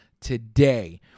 today